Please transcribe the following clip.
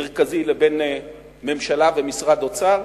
מרכזי לבין ממשלה ומשרד אוצר,